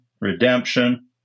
redemption